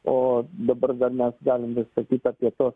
o dabar dar mes galim vis sakyt apie tuos